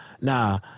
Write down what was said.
nah